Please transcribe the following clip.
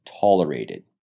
tolerated